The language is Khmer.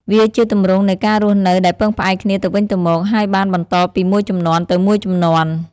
វាជាទម្រង់នៃការរស់នៅដែលពឹងផ្អែកគ្នាទៅវិញទៅមក ហើយបានបន្តពីមួយជំនាន់ទៅមួយជំនាន់។